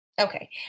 okay